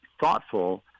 thoughtful